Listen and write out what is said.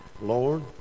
Lord